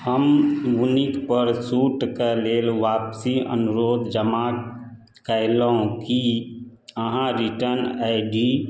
हम वूनिकपर सूटके लेल आपसी अनुरोध जमा कएलहुँ कि अहाँ रिटर्न आइ डी